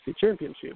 championship